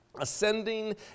Ascending